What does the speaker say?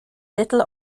little